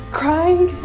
crying